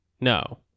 No